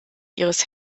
ihres